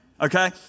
Okay